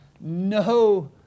no